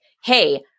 hey